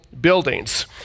buildings